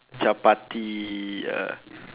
chapati uh